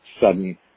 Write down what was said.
sudden